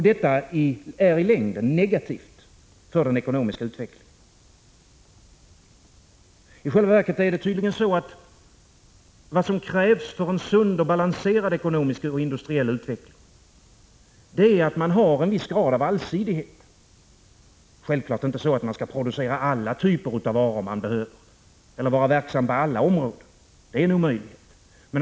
Detta är i längden negativt för den ekonomiska utvecklingen. I själva verket är det tydligen så att vad som krävs för en sund och balanserad ekonomisk och industriell utveckling är att man har en viss grad av allsidighet. Självklart inte så att man skall producera alla typer av varor som man behöver eller vara verksam på alla områden, för det är en omöjlighet.